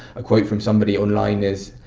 a quote from somebody online is,